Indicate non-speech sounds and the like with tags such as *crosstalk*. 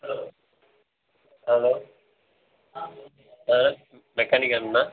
hello hello *unintelligible* mechanic அண்ணனா